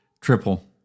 Triple